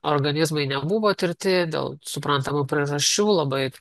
organizmai nebuvo tirti dėl suprantamų priežasčių labai